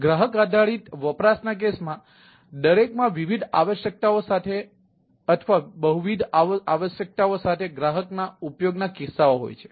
તેથી ગ્રાહક આધારિત વપરાશના કેસોમાં દરેકમાં વિવિધ આવશ્યકતાઓ સાથે અથવા બહુવિધ આવશ્યકતાઓ સાથે ગ્રાહકના ઉપયોગના કિસ્સાઓ હોય છે